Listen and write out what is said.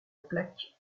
plaque